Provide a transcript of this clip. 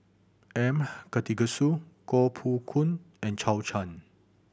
M Karthigesu Koh Poh Koon and Zhou Can